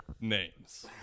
names